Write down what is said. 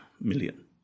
million